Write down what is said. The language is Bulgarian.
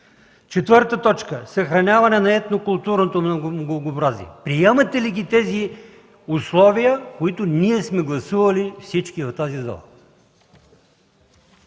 Четвърта точка: „съхраняване на етнокултурното многообразие”. Приемате ли тези условия, които ние всички сме гласували в тази зала?